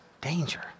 danger